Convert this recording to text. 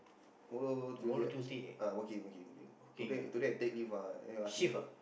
tomorrow Tuesdays ah uh working working working today today I take leave ah then you ask me for